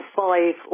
five